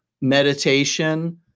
meditation